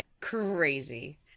crazy